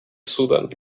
sudan